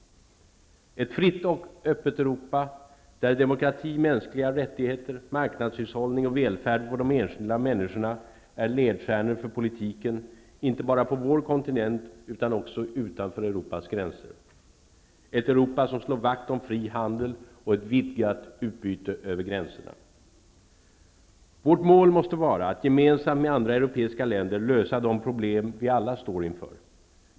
Ett fritt och öppet Europa där demokrati, mänskliga rättigheter, marknadshushållning och välfärd för de enskilda människorna är ledstjärnor för politiken -- inte bara på vår kontinent utan också utanför Europas gränser -- ett Europa som slår vakt om fri handel och ett vidgat utbyte över gränserna. Vårt mål måste vara att gemensamt med andra europeiska länder lösa de problem vi alla står inför.